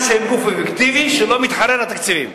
שלא מתחרה על התקציבים.